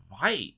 fight